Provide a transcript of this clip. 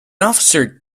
officer